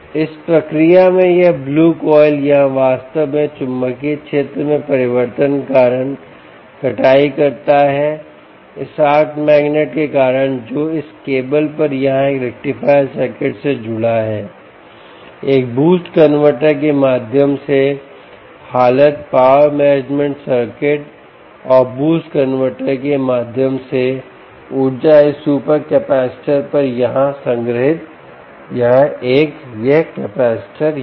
इस प्रक्रिया में यह ब्लू कॉइल यहां वास्तव में चुंबकीय क्षेत्र में परिवर्तन के कारण कटाई करता है इस आर्क मैग्नेट के कारण जो इस केबल पर यहां एक रेक्टिफायर सर्किट से जुड़ा है एक बूस्ट कन्वर्टर के माध्यम से हालत पावर मैनेजमेंट सर्किट और बूस्टर कनवर्टर के माध्यम से ऊर्जा इस सुपर कैपेसिटरपर यहाँ संग्रहीत यह एकयह कैपेसिटर यहाँ